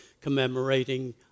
commemorating